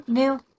new